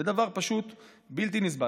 זה דבר פשוט בלתי נסבל.